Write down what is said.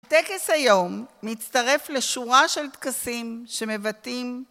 טקס היום מצטרף לשורה של טקסים שמבטאים